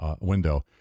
window